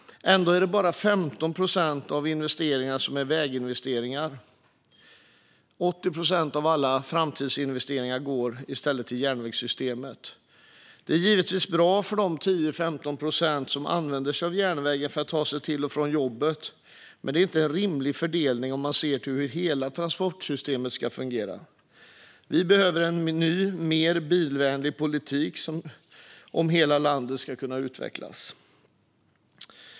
Ändå är det bara 15 procent av investeringarna som är väginvesteringar. 80 procent av alla framtidsinvesteringar sker i stället inom järnvägssystemet. Det är givetvis bra för de 10-15 procent som använder sig av järnvägen för att ta sig till och från jobbet, men det är inte en rimlig fördelning om man ser till hur hela transportsektorn fungerar. Vi behöver en ny och mer bilvänlig politik om hela landet ska kunna utvecklas.